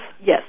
Yes